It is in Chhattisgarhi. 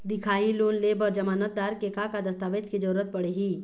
दिखाही लोन ले बर जमानतदार के का का दस्तावेज के जरूरत पड़ही?